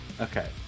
okay